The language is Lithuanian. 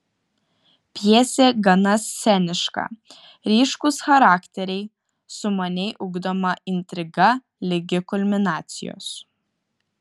pjesė gana sceniška ryškūs charakteriai sumaniai ugdoma intriga ligi kulminacijos